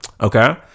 Okay